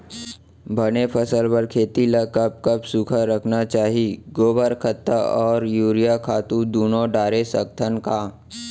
बने फसल बर खेती ल कब कब सूखा रखना चाही, गोबर खत्ता और यूरिया खातू दूनो डारे सकथन का?